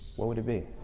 what would it be?